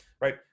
right